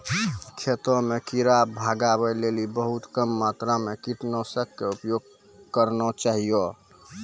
खेतों म कीड़ा भगाय लेली बहुत कम मात्रा मॅ कीटनाशक के उपयोग करना चाहियो